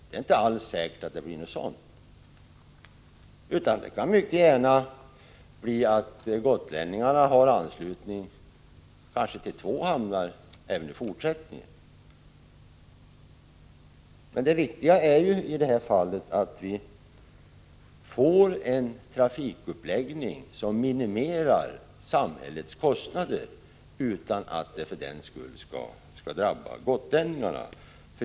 Det är inte alls säkert att det blir så — förslaget kan mycket väl bli att gotlänningarna har anslutning till två hamnar även i fortsättningen. Det viktiga i det här fallet är att vi får en trafikuppläggning som minimerar samhällets kostnader utan att det för den skull drabbar gotlänningarna.